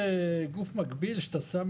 לבטל זה כאילו ביטול טכני, לשלול זה אומר